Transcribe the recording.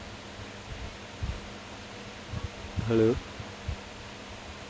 hello